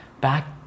Back